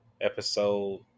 episode